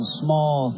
small